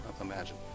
imagine